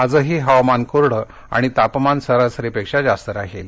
आजही हवामान कोरडं आणि तापमान सरासरीपेक्षा जास्त राहील